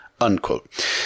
unquote